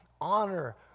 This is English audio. honor